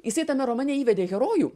jisai tame romane įvedė herojų